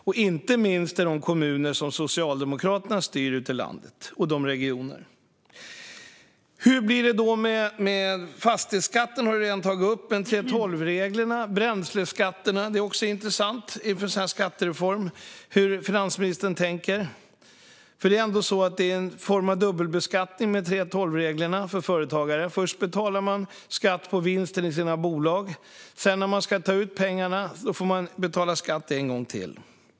Inte minst gäller det de kommuner och de regioner som Socialdemokraterna styr ute i landet. Fastighetsskatten har vi redan tagit upp, men det är också intressant hur finansministern tänker om 3:12-reglerna och bränsleskatterna inför en sådan här skattereform. För företagare är ändå 3:12-reglerna en form av dubbelbeskattning. Först betalar man skatt på vinsten i sina bolag, och när man sedan ska ta ut pengarna får man betala skatt en gång till.